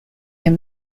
him